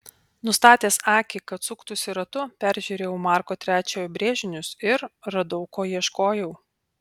nustatęs akį kad suktųsi ratu peržiūrėjau marko iii brėžinius ir radau ko ieškojau